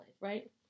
right